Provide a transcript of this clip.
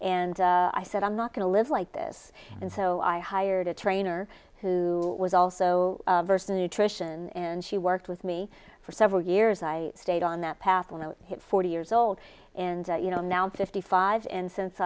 and i said i'm not going to live like this and so i hired a trainer who was also verse nutrition and she worked with me for several years i stayed on that path when i hit forty years old and you know now fifty five and since